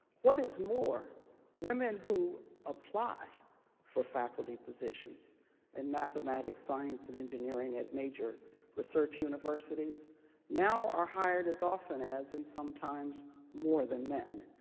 what is more women who apply for faculty positions in mathematics, science, and engineering at major research universities now are hired as often as, and sometimes more than, men.